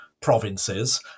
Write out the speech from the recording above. provinces